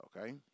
Okay